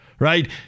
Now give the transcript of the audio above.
Right